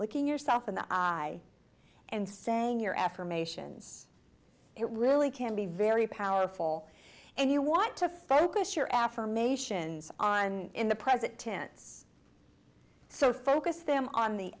looking yourself in the eye and saying you're affirmations it really can be very powerful and you want to focus your affirmations on in the present tense so focus them on the